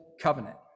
Covenant